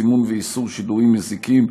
סימון ואיסור שידורים מזיקים,